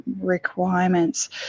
requirements